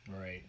Right